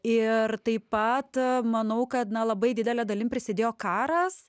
ir taip pat manau kad na labai didele dalim prisidėjo karas